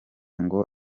ngo